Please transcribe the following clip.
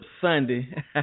Sunday